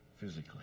physically